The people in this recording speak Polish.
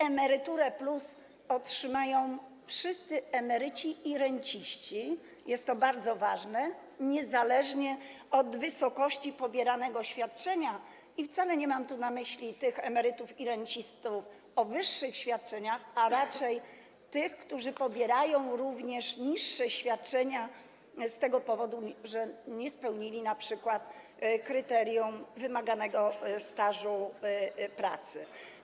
Emeryturę+ otrzymają wszyscy emeryci i renciści - jest to bardzo ważne - niezależnie od wysokości pobieranego świadczenia i wcale nie mam tu na myśli emerytów i rencistów, którzy otrzymują wyższe świadczenia, a raczej tych, którzy pobierają również niższe świadczenia z tego powodu, że nie spełnili np. kryterium wymaganego stażu pracy.